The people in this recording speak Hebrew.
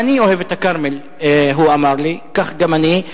הוא אמר לי: גם אני אוהב את הכרמל, וכך גם אני.